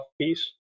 piece